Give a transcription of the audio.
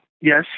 yes